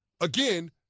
again